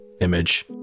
image